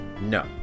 No